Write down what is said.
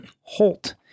Holt